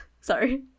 Sorry